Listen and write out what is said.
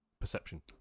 perception